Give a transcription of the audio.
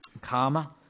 Karma